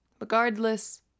Regardless